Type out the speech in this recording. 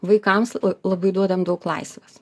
vaikams labai duodam daug laisvės